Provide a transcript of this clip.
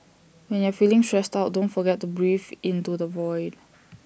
when you are feeling stressed out don't forget to breathe into the void